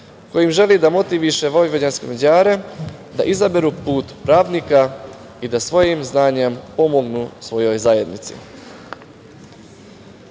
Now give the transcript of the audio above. kojim želi da motiviše vojvođanske Mađare da izaberu put pravnika i da svojim znanjem pomognu svojoj zajednici. Pored